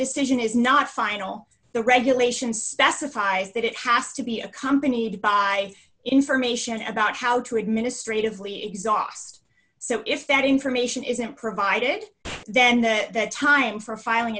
decision is not final the regulations specifies that it has to be accompanied by information about how to administratively exhaust so if that information isn't provided then the time for filing